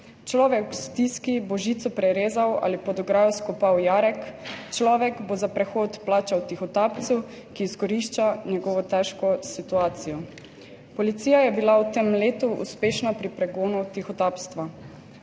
Človek v stiski bo žico prerezal ali pod ograjo skopal jarek, človek bo za prehod plačal tihotapcu, ki izkorišča njegovo težko situacijo. Policija je bila v tem letu uspešna pri pregonu tihotapstva.